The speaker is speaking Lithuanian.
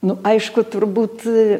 nu aišku turbūt